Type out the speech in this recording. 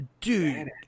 Dude